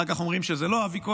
אחר כך אומרים שזה לא אבי כהן,